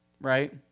right